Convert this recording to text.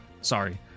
Sorry